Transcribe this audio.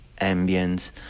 ambience